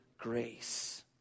Grace